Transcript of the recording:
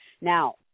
now